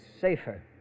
safer